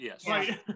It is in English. yes